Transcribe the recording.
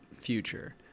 future